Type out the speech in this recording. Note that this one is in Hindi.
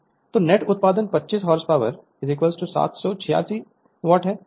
Refer Slide Time 2214 तो नेट उत्पादन 25 h p horse power 746 watt है